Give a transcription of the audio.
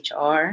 HR